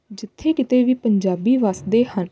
ਜਿੱਥੇ ਕਿਤੇ ਵੀ ਪੰਜਾਬੀ ਵੱਸਦੇ ਹਨ